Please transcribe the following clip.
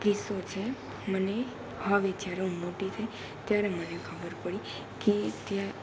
કિસ્સો છે મને હવે જ્યારે હું મોટી થઈ ત્યારે મને ખબર પડી કે ત્યાં